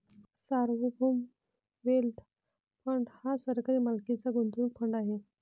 सार्वभौम wealth fund हा सरकारी मालकीचा गुंतवणूक फंड आहे